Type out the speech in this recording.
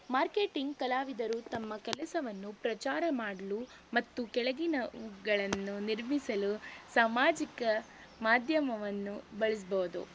marketing ಕಲಾವಿದರು ತಮ್ಮ ಕೆಲಸವನ್ನು ಪ್ರಚಾರ ಮಾಡಲು ಮತ್ತು ಕೆಳಗಿನವುಗಳನ್ನು ನಿರ್ಮಿಸಲು ಸಾಮಾಜಿಕ ಮಾಧ್ಯಮವನ್ನು ಬಳಸ್ಬೌದು